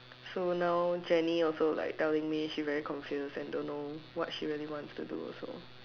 so now Jenny also like telling me she very confused and don't know what's she really wants to do also